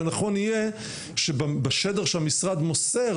ונכון יהיה שבשדר שהמשרד מוסר,